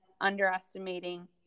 underestimating